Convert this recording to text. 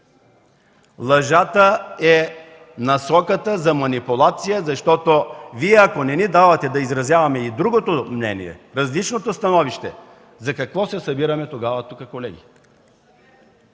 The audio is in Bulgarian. Лъжата е насоката за манипулация. Ако Вие не ни давате да изразяваме и другото мнение, различното становище, за какво се събираме тогава тук, колеги?!